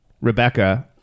rebecca